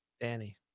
Danny